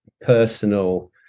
personal